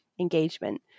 engagement